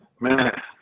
Man